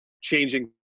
changing